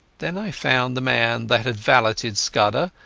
then i found the man that had valeted scudder,